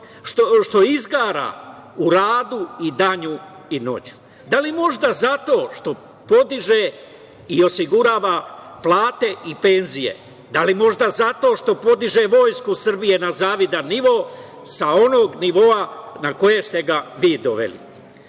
što izgara u radu i danju i noću? Da li možda zato što podiže i osigurava plate i penzije? Da li možda zato što podiže Vojsku Srbije na zavidan nivo sa onog nivoa na koji ste ga vi